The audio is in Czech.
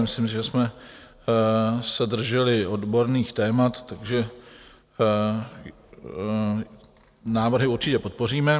Myslím, že jsme se drželi odborných témat, takže návrhy určitě podpoříme.